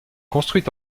construite